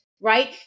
right